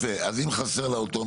יפה, אז אם חסר לה אותו נושא,